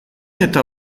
eta